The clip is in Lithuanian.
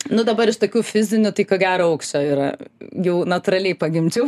nu dabar iš tokių fizinių tai ko gero aukščio yra jau natūraliai pagimdžiau